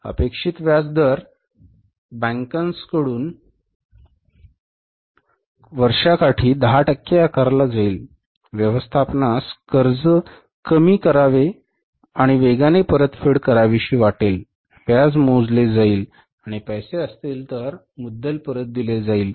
अपेक्षित व्याज दर बँकर्सांकडून वर्षाकाठी 10 टक्के आकारला जाईल व्यवस्थापनास कर्ज कमी करावे आणि वेगाने परतफेड करावीशी वाटेल व्याज मोजले जाईल आणि पैसे असतील तर मुद्दल परत दिले जाईल